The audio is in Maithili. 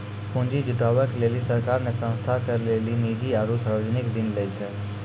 पुन्जी जुटावे के लेली सरकार ने संस्था के लेली निजी आरू सर्वजनिक ऋण लै छै